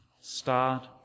Start